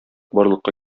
барлыкка